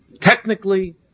technically